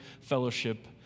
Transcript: fellowship